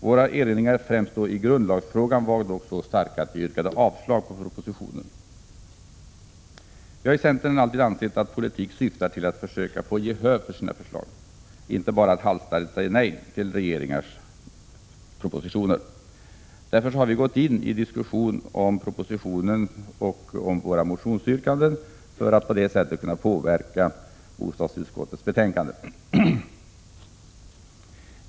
Våra erinringar främst i grundlagsfrågan var dock så starka att vi yrkade avslag på propositionen. I centern har vi alltid ansett att politik syftar till att man skall försöka få gehör för sina förslag — inte bara halsstarrigt säga nej till regeringens propositioner. Därför har vi gått in i diskussioner om propositionen och våra motionsyrkanden, för att på det sättet kunna påverka bostadsutskottets betänkande.